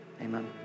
Amen